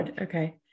okay